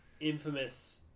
Infamous